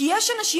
כי יש אנשים,